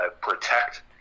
protect